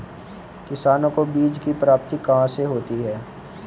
किसानों को बीज की प्राप्ति कहाँ से होती है?